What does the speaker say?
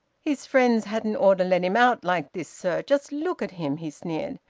his friends hadn't ought to let him out like this, sir. just look at him. he sneered,